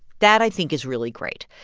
that, i think, is really great.